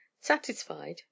Satisfied